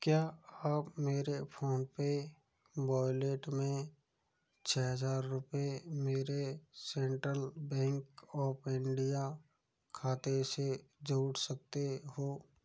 क्या आप मेरे फ़ोन पे वॉलेट में छः हजार रुपये मेरे सेंट्रल बैंक ऑफ़ इंडिया खाते से जोड़ सकते हो